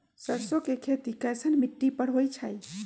सरसों के खेती कैसन मिट्टी पर होई छाई?